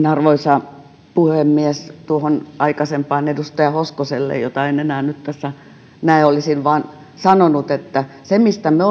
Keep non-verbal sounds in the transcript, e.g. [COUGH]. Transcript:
[UNINTELLIGIBLE] arvoisa puhemies tuohon aikaisempaan edustaja hoskoselle jota en nyt enää tässä näe olisin vain sanonut että emme me [UNINTELLIGIBLE]